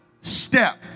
step